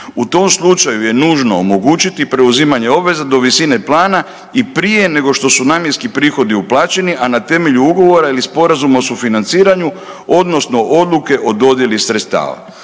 U tom slučaju je nužno omogućiti preuzimanje obveza do visine plana i prije nego što su namjenski prihodi uplaćeni, a na temelju ugovora ili sporazuma o sufinanciranju odnosno odluke o dodjeli sredstva.